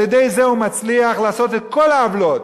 על-ידי זה הוא מצליח לעשות את כל העוולות.